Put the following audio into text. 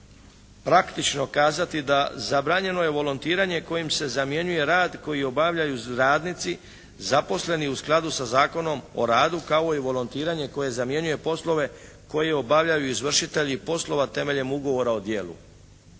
praktično kazati da zabranjeno je volontiranje kojim se zamjenjuje rad koji obavljaju radnici zaposleni u skladu sa Zakonom o radu kao i volontiranje koje zamjenjuje poslove koje obavljaju izvršitelji poslova temeljem ugovora o djelu.